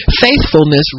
faithfulness